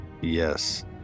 Yes